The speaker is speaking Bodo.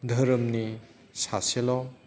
धोरोमनि सासेल'